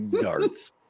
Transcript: darts